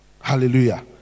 Hallelujah